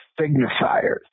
signifiers